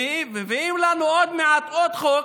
מביאים לנו עוד מעט עוד חוק,